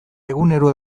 egunero